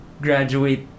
graduate